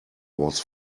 was